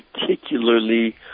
particularly